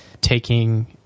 taking